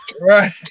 Right